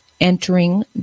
entering